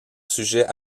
sujets